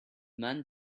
man